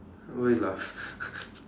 why you laugh